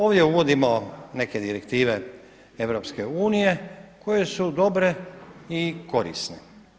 Ovdje uvodimo neke direktive EU koje su dobre i korisne.